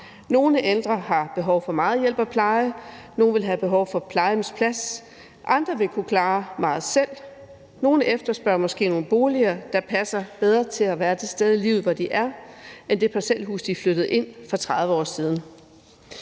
Nogle ældre har behov for meget hjælp og pleje, nogle vil have behov for en plejehjemsplads, og andre vil kunne klare meget selv. Nogle efterspørger måske en bolig, der passer bedre til det sted i livet, de er, end det parcelhus, de flyttede ind i for 30 år siden.